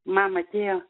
mama atėjo